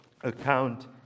account